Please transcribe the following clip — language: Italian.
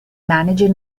manager